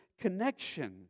Connection